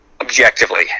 objectively